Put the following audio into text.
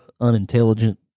unintelligent